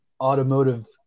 automotive